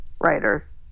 writers